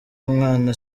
umwana